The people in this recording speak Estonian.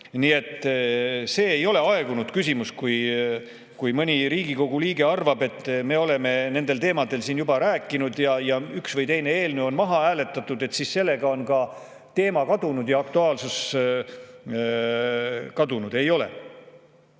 Nii et see ei ole aegunud küsimus. Kui mõni Riigikogu liige arvab, et me oleme nendel teemadel siin juba rääkinud, üks või teine eelnõu on maha hääletatud ja sellega on ka see teema ja selle aktuaalsus kadunud, siis ei